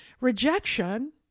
rejection